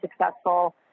successful